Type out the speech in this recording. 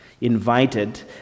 invited